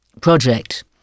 project